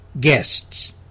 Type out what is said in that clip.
guests